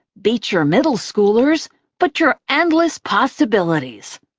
beecher middle schoolers but your endless possibilities.